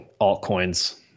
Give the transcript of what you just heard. altcoins